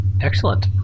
Excellent